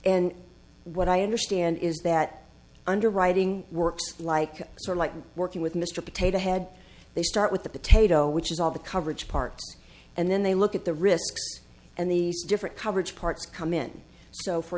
and what i understand is that underwriting works like sorta like working with mr potato head they start with the potato which is all the coverage part and then they look at the risks and the different coverage parts come in so for